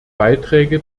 beiträge